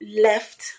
left